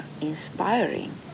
inspiring